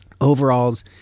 overalls